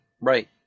Right